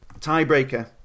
tiebreaker